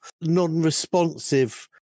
non-responsive